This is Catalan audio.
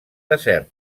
desert